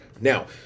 Now